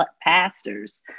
pastors